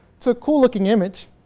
it's a cool looking image.